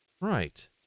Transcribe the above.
Right